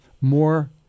more